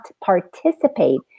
participate